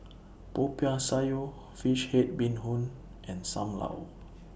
Popiah Sayur Fish Head Bee Hoon and SAM Lau